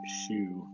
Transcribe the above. shoe